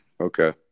Okay